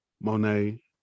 Monet